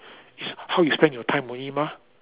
is how you spend your time only mah